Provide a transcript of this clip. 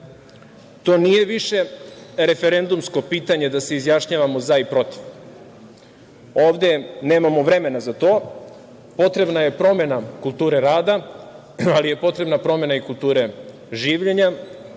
To nije više referendumsko pitanje, da se izjašnjavamo za i protiv. Ovde nemamo vremena za to. Potrebna je promena kulture rada, ali je potrebna promena i kulture življenja,